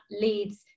leads